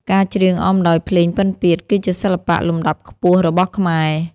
ការច្រៀងអមដោយភ្លេងពិណពាទ្យ គឺជាសិល្បៈលំដាប់ខ្ពស់របស់ខ្មែរ។